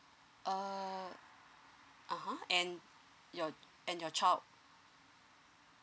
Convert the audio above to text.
uh and your and your child